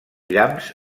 llamps